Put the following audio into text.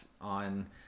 on